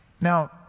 Now